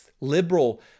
Liberal